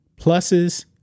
pluses